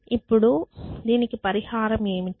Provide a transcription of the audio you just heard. ఇప్పుడు దీనికి పరిహారం ఏమిటి